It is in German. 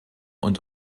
und